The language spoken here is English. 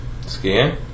Skiing